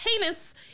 heinous